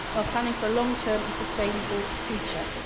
while planning for a long-term and sustainable future.